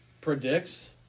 predicts